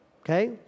okay